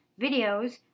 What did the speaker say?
videos